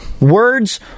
Words